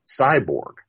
cyborg